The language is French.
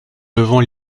levant